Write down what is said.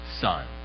son